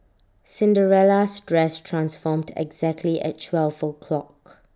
Cinderella's dress transformed exactly at twelve o'clock